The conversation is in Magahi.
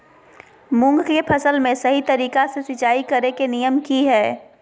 मूंग के फसल में सही तरीका से सिंचाई करें के नियम की हय?